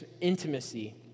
intimacy